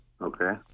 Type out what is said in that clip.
Okay